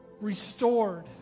restored